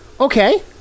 Okay